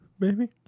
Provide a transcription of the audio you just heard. baby